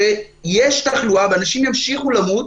שיש תחלואה ואנשים ימשיכו למות,